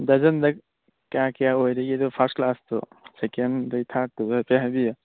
ꯗꯔꯖꯟꯗ ꯀꯌꯥ ꯀꯌꯥ ꯑꯣꯏꯔꯤꯒꯦ ꯑꯗꯨ ꯐꯥꯔꯁ ꯀ꯭ꯂꯥꯁꯇꯣ ꯁꯦꯀꯦꯟ ꯑꯗꯒꯤ ꯊꯥꯔꯗꯇꯨꯒ ꯍꯥꯏꯐꯦꯠ ꯍꯥꯏꯕꯤꯌꯣ